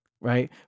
Right